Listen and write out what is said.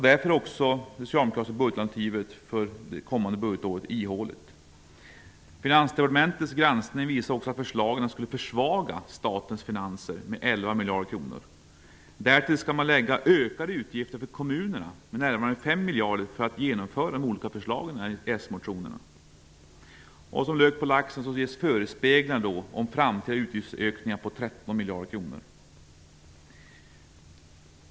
Därför är det socialdemokratiska budgetalternativet för det kommande budgetåret ihåligt. Finansdepartementets granskning visar också att förslagen skulle försvaga statens finanser med 11 miljarder kronor. Därtill skall läggas ökade utgifter för kommunerna med närmare 5 miljarder för att genomföra de olika förslagen i s-motionerna. Som lök på laxen ges förespeglingar om framtida utgiftsökningar på 13 miljarder kronor.